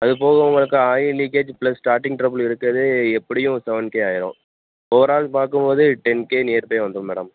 அது போக உங்களுக்கு oil leakage plus starting trouble இருக்குது எப்படியும் செவன்டி ஆகிரும் ஓவரால் பார்க்கும் போது டென் கே நியர் பை வந்துடும் மேடம்